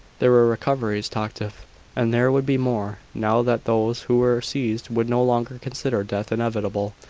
there were recoveries talked of and there would be more, now that those who were seized would no longer consider death inevitable.